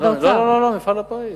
לא, מפעל הפיס.